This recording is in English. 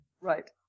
Right